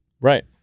Right